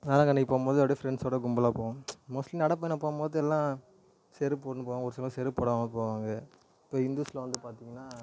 வேளாங்கண்ணிக்கு போகும் போது அப்டி ஃப்ரெண்ட்ஸோடயா கும்பலாக போனோம் மோஸ்ட்லி நடைப்பயணம் போகும் மோது எல்லாம் செருப்பு போட்டு போவாங்க ஒரு சிலர் செருப்பு போடாமல் போவாங்க இப்போ ஹிந்துஸில் வந்து பார்த்திங்கன்னா